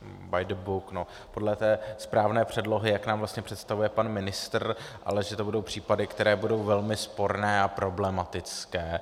by the book, no podle té správné předlohy, jak nám představuje pan ministr, ale že to budou případy, které budou velmi sporné a problematické.